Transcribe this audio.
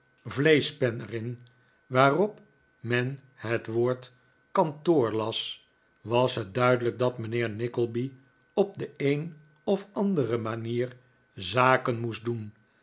vleeschpen er in waarop men het woord kantoor las was het duidelijk dat mijnheer nickleby op de een of andere manier zaken moest doen